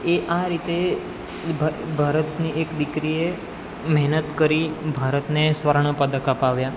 એ આ રીતે ભારતની એક દીકરીએ મહેનત કરી ભારતને સ્વર્ણપદક અપાવ્યાં